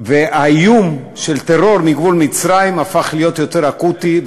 והאיום של טרור מגבול מצרים הפך להיות יותר אקוטי,